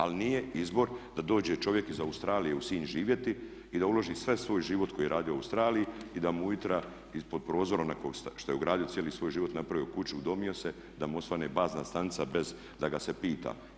Ali nije izbor da dođe čovjek iz Australije u Sinj živjeti i da uloži sav svoj život koji je radio u Australiji i da mu ujutro pod prozorom … što je ugradio cijeli svoj život, napravio kuću, udomio se da mu osvane bazna stanica bez da ga se pita.